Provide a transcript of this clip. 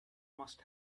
must